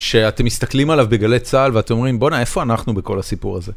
שאתם מסתכלים עליו בגלי צהל, ואתם אומרים, בוא'נה, איפה אנחנו בכל הסיפור הזה?